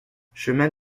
chemin